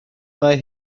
mae